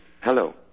hello